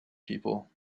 people